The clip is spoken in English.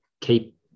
keep